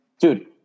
dude